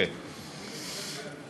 אוקיי.